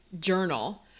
journal